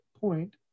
point